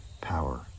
power